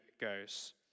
goes